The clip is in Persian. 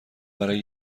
برای